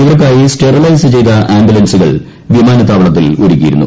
ഇവർക്കായി സ്റ്റെറിലൈസ് ചെയ്ത ആംബുലൻസുകൾ വിമാനത്താവളത്തിൽ ഒരുക്കിയിരുന്നു